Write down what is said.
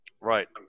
Right